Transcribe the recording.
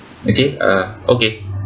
okay uh okay